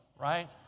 Right